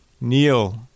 kneel